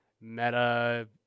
meta